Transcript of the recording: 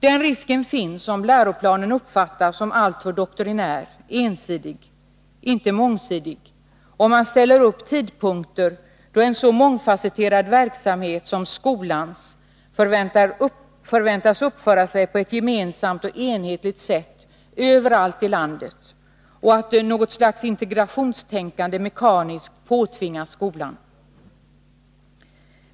Den risken finns, om läroplanen uppfattas som alltför doktrinär och ensidig, om man sätter upp tidpunkter då en så mångfasetterad verksamhet som skolans förväntas uppföra sig på ett enhetligt sätt överallt i landet och om något slags integrationstänkande mekaniskt påtvingas skolan.